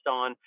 on